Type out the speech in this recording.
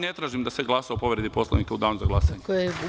Ne tražim da se glasa o povredi Poslovnika u Danu za glasanje.